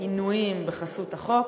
עינויים בחסות החוק,